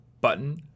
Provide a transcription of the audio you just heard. button